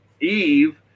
Eve